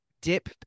dip